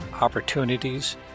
opportunities